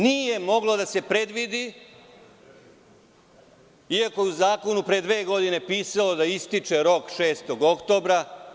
Nije moglo da se predvidi, iako je u zakonu pre dve godine pisalo da rok ističe 6. oktobra.